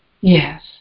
Yes